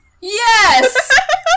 Yes